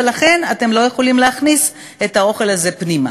ולכן אתם לא יכולים להכניס את האוכל הזה פנימה.